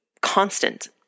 constant